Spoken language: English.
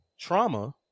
trauma